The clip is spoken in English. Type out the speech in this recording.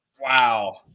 Wow